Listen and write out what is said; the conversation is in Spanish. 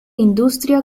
industria